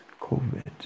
COVID